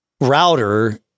router